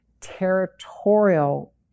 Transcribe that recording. territorial